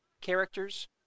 characters